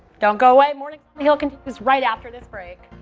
don't go away mornings on the hill continues right after this break.